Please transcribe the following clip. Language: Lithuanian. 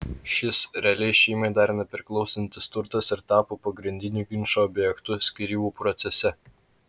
šis realiai šeimai dar nepriklausantis turtas ir tapo pagrindiniu ginčo objektu skyrybų procese